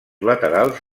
laterals